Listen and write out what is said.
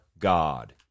God